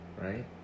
Right